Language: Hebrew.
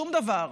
שום דבר,